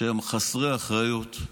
שהם חסרי אחריות,